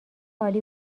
عالی